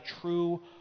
true